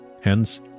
hence